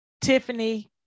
Tiffany